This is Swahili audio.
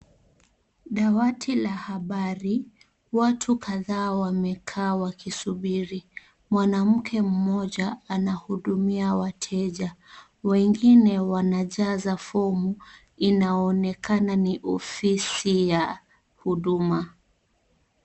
Dawati la habari, watu kadhaa wamekaa wakisubiri, mwanamke mmoja anahudumia wateja, wengine wanajaza fomu, inaonekana ni ofisi ya huduma.